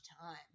time